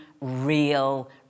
real